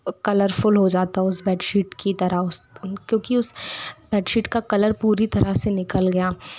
colourful हो जाता हो उस बेडशीट की तरह उस उन क्योंकि उस बेडशीट का कलर पूरी तरह से निकल गया